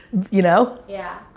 you know? yeah.